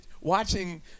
watching